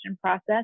process